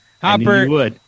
Hopper